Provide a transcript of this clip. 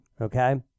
okay